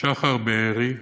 שחר בארי,